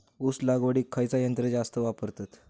ऊस लावडीक खयचा यंत्र जास्त वापरतत?